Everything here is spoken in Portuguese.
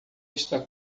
está